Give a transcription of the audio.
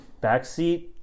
backseat